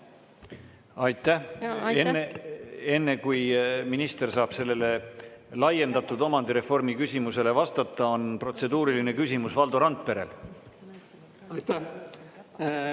Aitäh! Enne, kui minister saab sellele laiendatud omandireformi küsimusele vastata, on protseduuriline küsimus Valdo Randperel. Aitäh!